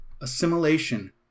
Assimilation